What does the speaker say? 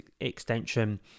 extension